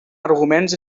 arguments